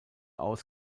aus